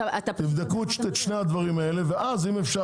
תבדקו את שני הדברים האלה ואז אם אפשר